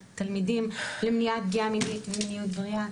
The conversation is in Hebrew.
לתלמידים, למניעת פגיעה מינית ומיניות בריאה.